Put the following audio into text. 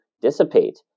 dissipate